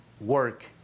work